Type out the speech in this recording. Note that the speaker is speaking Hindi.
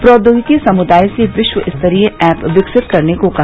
प्रौद्योगिकी समुदाय से विश्वस्तरीय ऐप विकसित करने को कहा